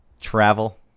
travel